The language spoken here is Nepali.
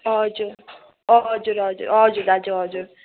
हजुर हजुर हजुर हजुर हजुर दाजु हजुर